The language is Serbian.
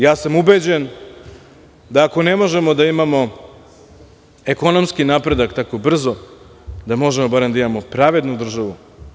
Ja sam ubeđen da ako ne možemo da imamo ekonomski napredak tako brzo, da možemo barem da imamo pravednu državu.